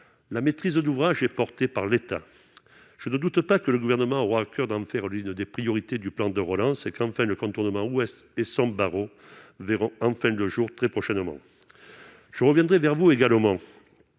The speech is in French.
la maîtrise d'ouvrage est porté par l'État, je ne doute pas que le gouvernement aura à coeur d'en faire l'une des priorités du plan de relance ses campagnes le contournement ouest et sans barreaux verra enfin le jour très prochainement, je reviendrai vers vous également